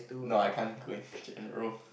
no I can't go and general